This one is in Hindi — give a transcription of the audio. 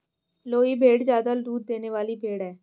लोही भेड़ ज्यादा दूध देने वाली भेड़ है